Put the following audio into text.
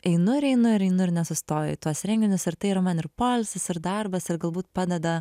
einu ir einu ir einu ir nesustoju į tuos renginius ir tai yra man ir poilsis ir darbas ir galbūt padeda